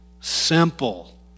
Simple